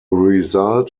result